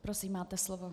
Prosím, máte slovo.